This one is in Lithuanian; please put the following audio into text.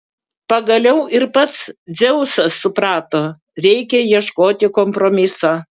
pagaliau ir pats dzeusas suprato reikia ieškoti kompromiso